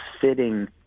fitting